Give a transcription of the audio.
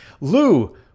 Lou